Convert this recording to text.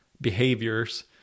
behaviors